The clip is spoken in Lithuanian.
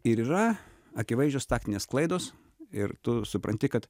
ir yra akivaizdžios taktinės klaidos ir tu supranti kad